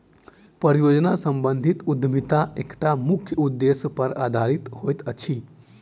परियोजना सम्बंधित उद्यमिता एकटा मुख्य उदेश्य पर आधारित होइत अछि